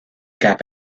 gap